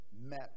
met